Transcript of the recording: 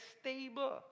stable